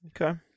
Okay